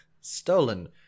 Stolen